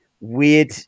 weird